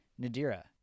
Nadira